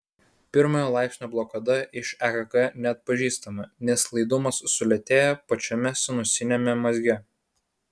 pirmojo laipsnio blokada iš ekg neatpažįstama nes laidumas sulėtėja pačiame sinusiniame mazge